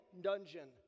dungeon